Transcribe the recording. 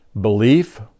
belief